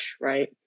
right